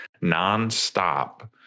Nonstop